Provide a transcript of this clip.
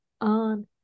on